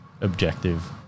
objective